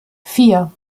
vier